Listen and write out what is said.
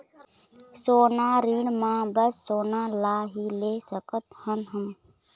सोना ऋण मा बस सोना ला ही ले सकत हन हम?